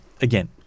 again